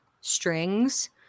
strings